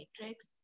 Matrix